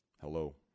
Hello